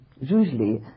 usually